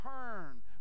turn